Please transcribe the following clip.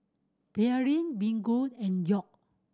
Pearlene Miguel and York